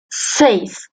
seis